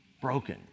broken